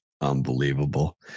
Unbelievable